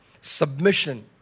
Submission